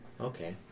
Okay